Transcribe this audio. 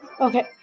Okay